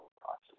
process